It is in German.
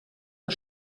der